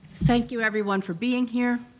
thank you everyone for being here,